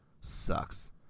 sucks